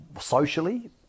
socially